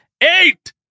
Eight